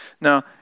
Now